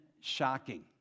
shocking